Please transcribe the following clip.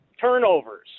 turnovers